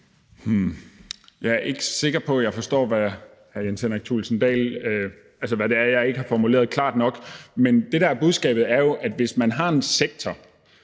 Jeg er ikke sikker på, at jeg forstår, hvad det er, jeg ikke har formuleret klart nok. Men det, der er budskabet, er jo, hvis man er en sektor